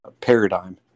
paradigm